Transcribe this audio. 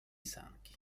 sanki